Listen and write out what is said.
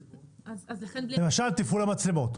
למשל תפעול המצלמות,